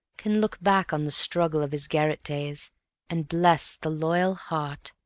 can look back on the struggle of his garret days and bless the loyal heart,